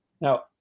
Now